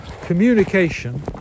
communication